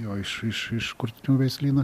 jo iš iš iš kurtinių veislyną